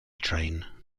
train